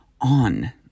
on